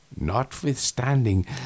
notwithstanding